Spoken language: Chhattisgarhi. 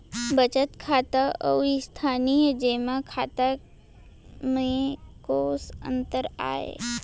बचत खाता अऊ स्थानीय जेमा खाता में कोस अंतर आय?